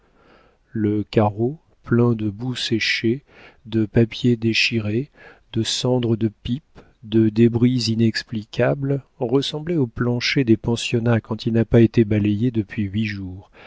le carreau plein de boue séchée de papiers déchirés de cendres de pipe de débris inexplicables ressemblait au plancher des pensionnats quand il n'a pas été balayé depuis huit jours